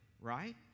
right